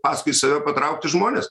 paskui save patraukti žmones